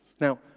Now